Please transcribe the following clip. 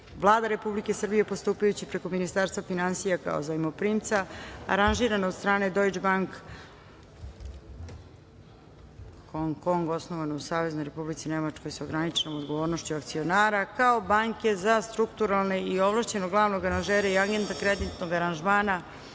Vlada Republike Srbije postupajući preko Ministarstva finansija kao Zajmoprimca aranžiran od strane Deutsche Bank Aktiengesellschaft Filiale Hong Kong (osnovane u Saveznoj Republici Nemačkoj sa ograničenom odgovornošću akcionara) kao Banke za strukturiranje i Ovlašćenog glavnog aranžera i Agenta Kreditnog aranžmana